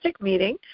meeting